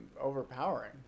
overpowering